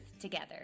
together